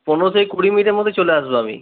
পনেরো থেকে কুড়ি মিনিটের মধ্যে চলে আসব আমি